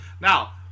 Now